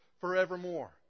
forevermore